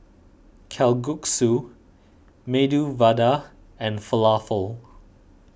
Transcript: Kalguksu Medu Vada and Falafel